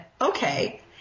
okay